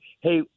Hey